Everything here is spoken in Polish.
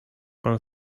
pan